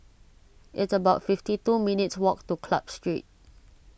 it's about fifty two minutes' walk to Club Street